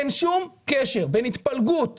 אין שום קשר בין התפלגות